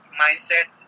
mindset